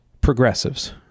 Progressives